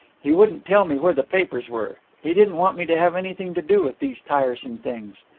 he wouldn't tell me where the papers were he didn't want me to have anything to do with these tiresome things.